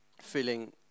feeling